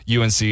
UNC